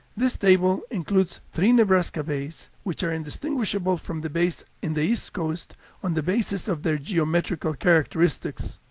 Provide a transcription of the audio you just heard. this table includes three nebraska bays which are indistinguishable from the bays in the east coast on the basis of their geometrical characteristics.